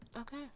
okay